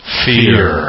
fear